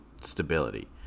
stability